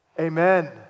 amen